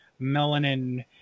melanin